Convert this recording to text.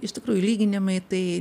iš tikrųjų lyginimai tai